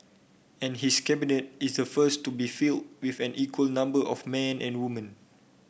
and his Cabinet is the first to be filled with equal number of men and women